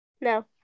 No